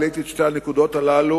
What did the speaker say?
העליתי את שתי הנקודות האלה,